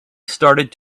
started